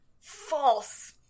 false